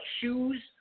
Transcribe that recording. shoes